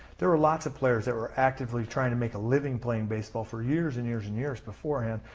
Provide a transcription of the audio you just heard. there were lots of players that were actively trying to make a living playing baseball for years and years and years beforehand.